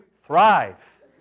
thrive